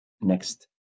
next